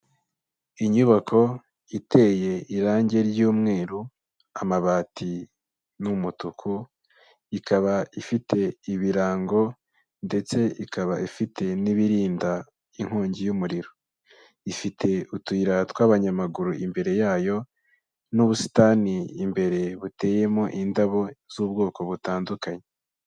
Inyubako iteye irange ry'umweru, amabati ni umutuku, ikaba ifite ibirango ndetse ikaba ifite n'ibirinda inkongi y'umuriro. Ifite utuyira tw'abanyamaguru imbere yayo n'ubusitani imbere buteyemo indabo z'ubwoko butandukanye.